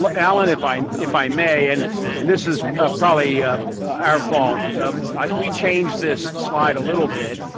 like allen, if i um if i may and and this is probably ah our fault we changed this slide a little bit.